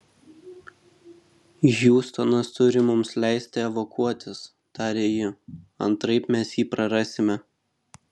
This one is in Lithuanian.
hjustonas turi mums leisti evakuotis tarė ji antraip mes jį prarasime